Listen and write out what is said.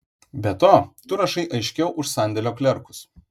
be to tu rašai aiškiau už sandėlio klerkus